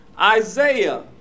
Isaiah